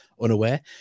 unaware